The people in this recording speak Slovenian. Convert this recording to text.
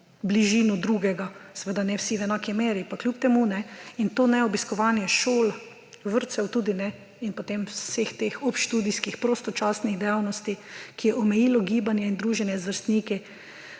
bližino drugega. Seveda ne vsi v enaki meri, pa kljub temu. In to neobiskovanje šol, vrtcev tudi ne, in potem vseh teh obštudijskih, prostočasnih dejavnosti, ki je omejilo gibanje in druženje z vrstniki.